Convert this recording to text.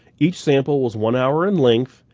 each sample was one hour in length,